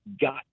got